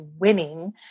winning